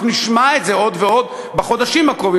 אנחנו נשמע את זה עוד ועוד בחודשים הקרובים